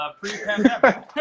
pre-pandemic